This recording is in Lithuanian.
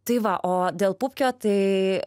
tai va o dėl pupkio tai